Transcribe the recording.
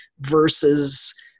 versus